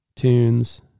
tunes